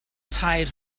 tair